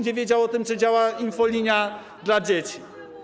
Nie wiedział, czy działa infolinia dla dzieci.